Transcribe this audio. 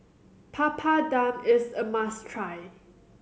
Papadum is a must try